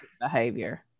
behavior